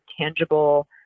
tangible